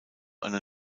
einer